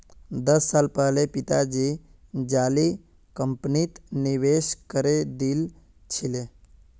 दस साल पहले पिताजी जाली कंपनीत निवेश करे दिल छिले